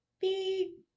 beep